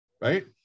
right